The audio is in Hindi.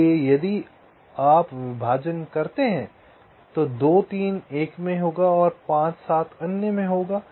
इसलिए अब यदि आप विभाजन करते हैं तो 2 3 1 में होगा और 5 7 अन्य में होगा